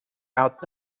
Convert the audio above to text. out